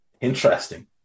Interesting